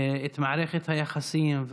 את מערכת היחסים,